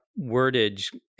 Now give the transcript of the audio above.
wordage